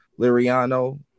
Liriano